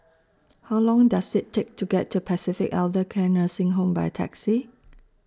How Long Does IT Take to get to Pacific Elder Care Nursing Home By Taxi